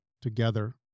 together